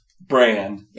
Brand